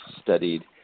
studied